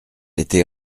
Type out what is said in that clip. été